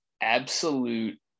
absolute